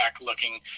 looking